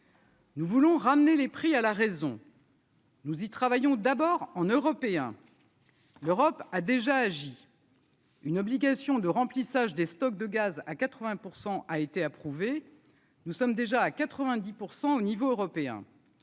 Nous voulons ramener les prix à la raison. Nous y travaillons d'abord en européen, l'Europe a déjà agi une obligation de remplissage des stocks de gaz à 80 % a été approuvé, nous sommes déjà à 90 pour 100 au niveau européen